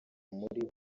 muri